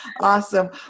Awesome